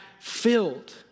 filled